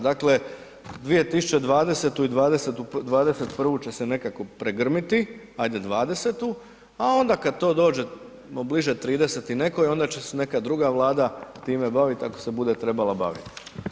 Dakle, 2020. i 2021. će se nekako pregrmiti, ajde '20., a onda kad to dođemo bliže '30. i nekoj onda će se neka druga vlada time baviti ako se bude trebala baviti.